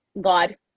God